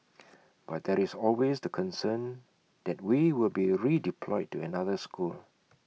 but there is always the concern that we will be redeployed to another school